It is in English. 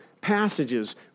passages